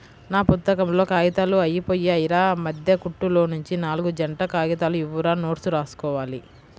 నా పుత్తకంలో కాగితాలు అయ్యిపొయ్యాయిరా, మద్దె కుట్టులోనుంచి నాల్గు జంట కాగితాలు ఇవ్వురా నోట్సు రాసుకోవాలి